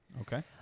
Okay